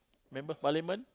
member of parliament